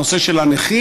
הנושא של הנכים,